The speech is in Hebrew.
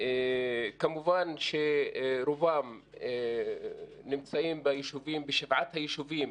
כמובן שרובם נמצאים בשבעת היישובים,